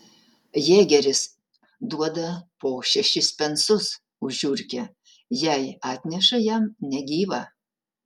jėgeris duoda po šešis pensus už žiurkę jei atneša jam negyvą